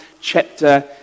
chapter